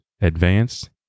advanced